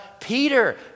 Peter